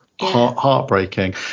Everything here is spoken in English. heartbreaking